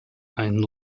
einen